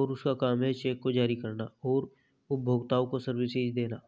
और उसका काम है चेक को जारी करना और उपभोक्ताओं को सर्विसेज देना